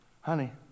Honey